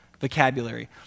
vocabulary